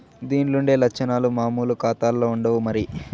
దీన్లుండే లచ్చనాలు మామూలు కాతాల్ల ఉండవు మరి